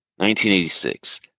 1986